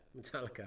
Metallica